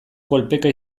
kolpeka